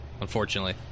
unfortunately